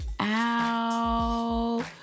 out